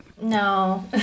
No